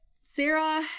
Sarah